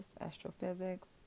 astrophysics